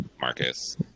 Marcus